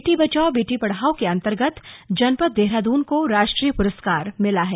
बेटी बचाओ बेटी पढ़ाओ के अन्तर्गत जनपद देहरादून को राष्ट्रीय पुरस्कार मिला है